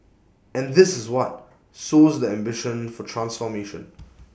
and this is what sows the ambition for transformation